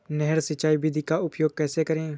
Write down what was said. नहर सिंचाई विधि का उपयोग कैसे करें?